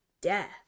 death